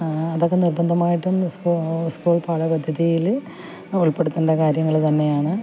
അതൊക്കെ നിർബന്ധമായിട്ടും സ്കൂൾ പാഠപദ്ധതിയിൽ ഉൾപ്പെടുത്തേണ്ട കാര്യങ്ങൾ തന്നെയാണ്